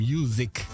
Music